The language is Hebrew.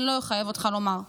אני לא אחייב אותך לומר,